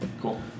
cool